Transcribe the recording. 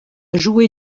jouer